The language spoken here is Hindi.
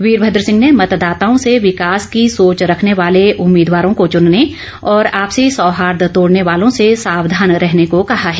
वीरभद्र सिंह ने मतदाताओं से विकास की सोच रखने वाले उम्मीदवारों को चुनने और आपसी सोहार्द तोड़ने वालों से सावधान रहने को कहा है